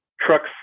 trucks